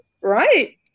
right